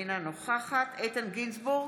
אינה נוכחת איתן גינזבורג,